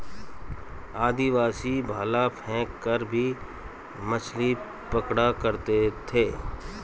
आदिवासी भाला फैंक कर भी मछली पकड़ा करते थे